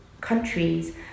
countries